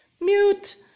Mute